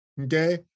Okay